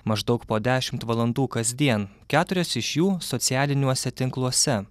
maždaug po dešimt valandų kasdien keturias iš jų socialiniuose tinkluose